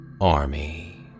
Army